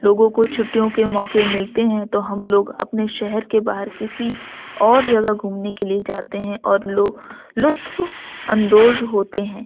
لوگوں کو چھٹیوں کے موقع ملتے ہیں تو ہم لوگ اپنے شہر کے باہر کسی اور جگہ گھومنے کے لیے جاتے ہیں اور لوگ لطف اندوز ہوتے ہیں